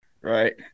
Right